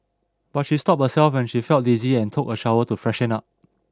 but she stopped herself when she felt dizzy and took a shower to freshen up